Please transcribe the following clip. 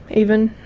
even.